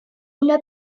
una